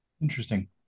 Interesting